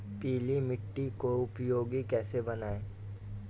पीली मिट्टी को उपयोगी कैसे बनाएँ?